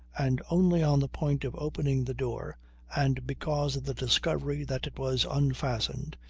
and only on the point of opening the door and because of the discovery that it was unfastened,